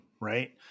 Right